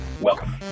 Welcome